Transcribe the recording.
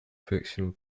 fictional